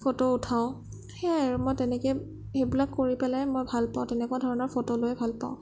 photo উঠাওঁ সেয়াই আৰু মই তেনেকেই সেইবিলাক কৰি পেলাই মই ভাল পাওঁ তেনেকুৱা ধৰণৰ ফটো লৈয়ে ভাল পাওঁ